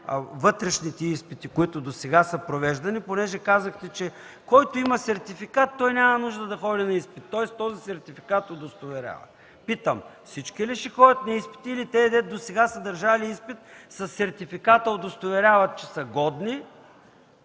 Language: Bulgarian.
вътрешните изпити, които досега са провеждани, понеже казахте, че който има сертификат, няма нужда да ходи на изпит. Тоест този сертификат удостоверява. Питам: всички ли ще ходят на изпити, или тези, дето досега са държали изпит, със сертификата удостоверяват, че са годни,